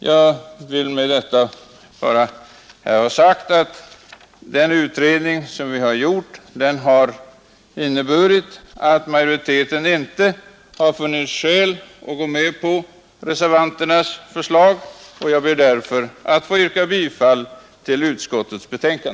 Jag vill med detta bara ha sagt, att den utredning som vi gjort har lett till att majoriteten inte funnit skäl att gå med på reservanternas förslag, och jag ber därför att få yrka bifall till utskottets hemställan.